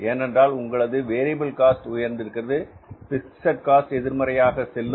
ஏனென்றால் உங்களது variable cost உயர்ந்திருக்கிறது பிக்ஸட் காஸ்ட் எதிர்மறையாக செல்லும்